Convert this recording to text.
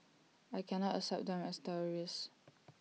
I cannot accept them as terrorists